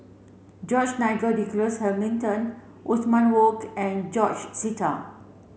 George Nigel Douglas Hamilton Othman Wok and George Sita